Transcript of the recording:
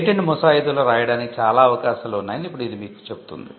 patent ముసాయిదాలో రాయడానికి చాలా అవకాశాలు ఉన్నాయని ఇప్పుడు ఇది మీకు చెబుతుంది